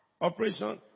Operation